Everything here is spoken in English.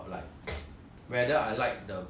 or like I like the content or not I think